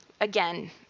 Again